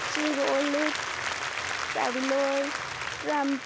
Chevrolet cavalier triumph